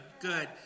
good